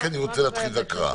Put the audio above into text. כי אני רוצה להתחיל את ההקראה.